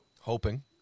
Hoping